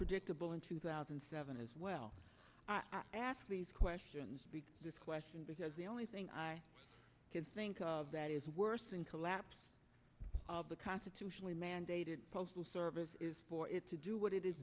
predictable in two thousand and seven as well ask these questions this question because the only thing i can think of that is worse than collapse the constitutionally mandated postal service is for it to do what it is